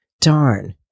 Darn